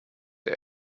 der